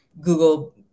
Google